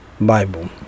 Bible